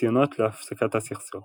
ניסיונות להפסקת הסכסוך